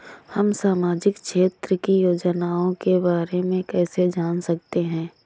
हम सामाजिक क्षेत्र की योजनाओं के बारे में कैसे जान सकते हैं?